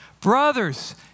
Brothers